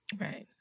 Right